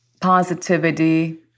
positivity